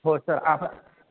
हो सर आप